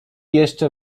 jeszcze